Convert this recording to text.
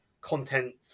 content